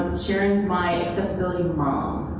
sharron's my accessibility mom,